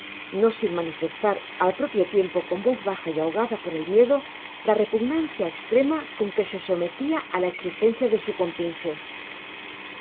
no sin manifestar al propio tiempo con voz baja y ahogada por el miedo la repugnancia estrema con que se sometia á la exijencia de su compinche